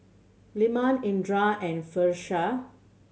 Leman Indra and Firash